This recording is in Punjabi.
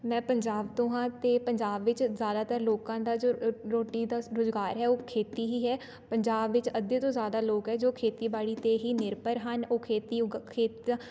ਮੈਂ ਪੰਜਾਬ ਤੋਂ ਹਾਂ ਅਤੇ ਪੰਜਾਬ ਵਿੱਚ ਜ਼ਿਆਦਾਤਰ ਲੋਕਾਂ ਦਾ ਜੋ ਅ ਰੋਟੀ ਦਾ ਰੁਜ਼ਗਾਰ ਹੈ ਉਹ ਖੇਤੀ ਹੀ ਹੈ ਪੰਜਾਬ ਵਿੱਚ ਅੱਧੇ ਤੋਂ ਜ਼ਿਆਦਾ ਲੋਕ ਹੈ ਜੋ ਖੇਤੀਬਾੜੀ 'ਤੇ ਹੀ ਨਿਰਭਰ ਹਨ ਉਹ ਖੇਤੀ ਉਗ ਖੇਤ